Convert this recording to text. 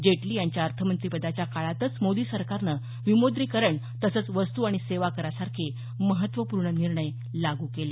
जेटली यांच्या अर्थमंत्रिपदाच्या काळातच मोदी सरकारने विमुद्रीकरण तसंच वस्तू आणि सेवा करासारखे महत्त्वपूर्ण निर्णय लागू केले